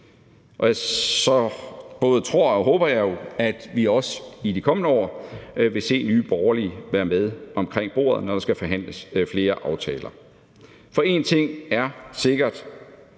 Og så både tror og håber jeg jo, at vi også i de kommende år vil se Nye Borgerlige være med omkring bordet, når der skal forhandles flere aftaler, for én ting er sikker: